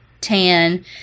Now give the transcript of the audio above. tan